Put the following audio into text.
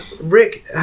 Rick